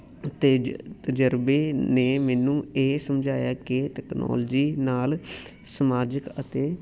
ਅਤੇ ਤਜਰਬੇ ਨੇ ਮੈਨੂੰ ਇਹ ਸਮਝਾਇਆ ਕਿ ਤਕਨੋਲਜੀ ਨਾਲ ਸਮਾਜਿਕ ਅਤੇ